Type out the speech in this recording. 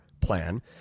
plan